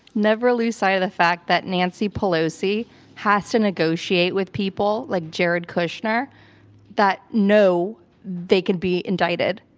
never lose sight of the fact that nancy pelosi has to negotiate with people like jared kushner that know they could be indicted.